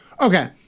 Okay